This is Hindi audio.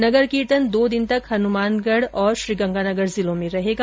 नगर कीर्तन दो दिन तक हनुमानगढ और श्रीगंगानगर जिलों में रहेगा